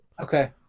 Okay